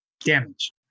damage